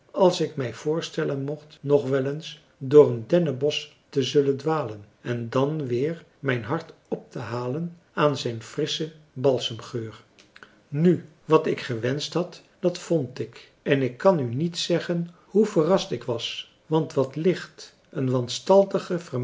als ik mij voorstellen mocht nog wel eens door een dennenbosch te zullen dwalen en dan weer mijn hart op te halen aan zijn frisschen balsemgeur nu wat ik gewenscht had dat vond ik en ik kan u niet zeggen hoe verrast ik was want wat licht een